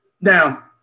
Now